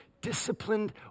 disciplined